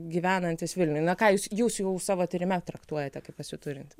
gyvenantis vilniuj na ką jūs jūs jau savo tyrime traktuojate kaip pasiturintį